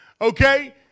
Okay